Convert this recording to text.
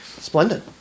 Splendid